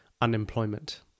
unemployment